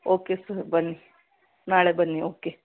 okay sir ಬನ್ನಿ ನಾಳೆ ಬನ್ನಿ ಓಕೆ